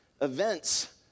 events